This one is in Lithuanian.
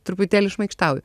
truputėlį šmaikštauju